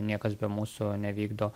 niekas be mūsų nevykdo